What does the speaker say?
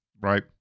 right